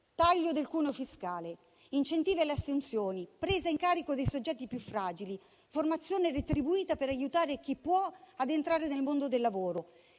taglio del cuneo fiscale; gli incentivi alle assunzioni; la presa in carico dei soggetti più fragili; la formazione retribuita per aiutare chi può ad entrare nel mondo del lavoro;